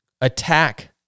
Attack